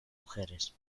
mujeres